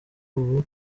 ubu